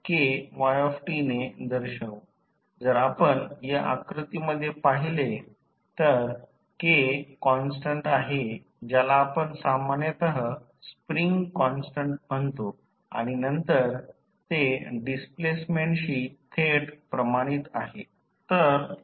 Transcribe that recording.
जर आपण या आकृतीमध्ये पाहिले तर K कॉन्स्टन्ट आहे ज्याला आपण सामान्यतः स्प्रिंग कॉन्स्टन्ट म्हणतो आणि नंतर ते डिस्प्लेसमेंटशी थेट प्रमाणित आहे